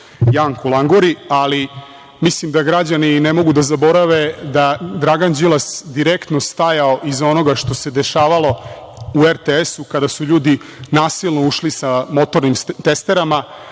Janku Languri, ali mislim da građani ne mogu da zaborave da je Dragan Đilas direktno stajao iza onoga što se dešavalo u RTS-u kada su ljudi nasilno ušli sa motornim testerama,